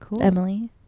Emily